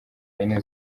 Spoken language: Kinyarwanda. yine